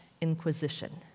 Inquisition